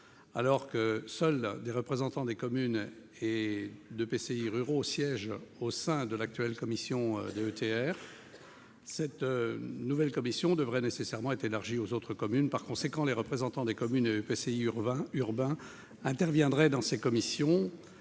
alors que seuls des représentants de communes et d'EPCI ruraux siègent au sein de l'actuelle commission DETR. En effet, la nouvelle commission devrait nécessairement être élargie aux autres communes. Les représentants des communes et EPCI urbains interviendraient donc même pour